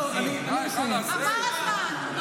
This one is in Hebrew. עבר הזמן.